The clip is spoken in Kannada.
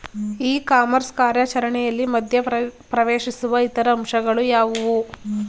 ಇ ಕಾಮರ್ಸ್ ಕಾರ್ಯಾಚರಣೆಯಲ್ಲಿ ಮಧ್ಯ ಪ್ರವೇಶಿಸುವ ಇತರ ಅಂಶಗಳು ಯಾವುವು?